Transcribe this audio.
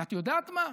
ואת יודעת מה?